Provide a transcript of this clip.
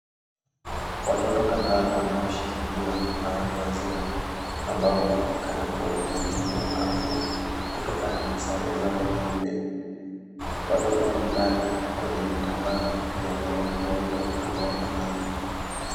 Watoto kathaa wanaoshikiliwa na watu wazima, ambao wanaonekana kuwa wahudumu wa afya kutokana na sare zao nyeupe, watoto wamelala kwenye vitambaa vya muundo unaofanana.